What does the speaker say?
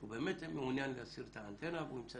שהוא באמת מעוניין להסיר את האנטנה והוא ימצא